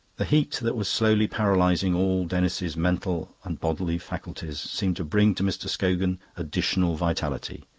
the heat that was slowly paralysing all denis's mental and bodily faculties, seemed to bring to mr. scogan additional vitality.